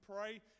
pray